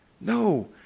No